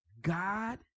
God